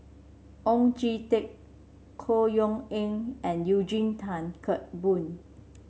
Oon Jin Teik Chor Yeok Eng and Eugene Tan Kheng Boon